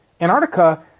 Antarctica